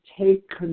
take